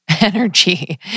Energy